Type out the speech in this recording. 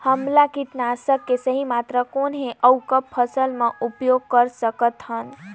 हमला कीटनाशक के सही मात्रा कौन हे अउ कब फसल मे उपयोग कर सकत हन?